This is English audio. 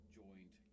joined